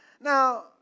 Now